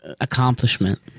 accomplishment